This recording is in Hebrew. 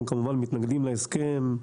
אנחנו כמובן מתנגדים להסכם,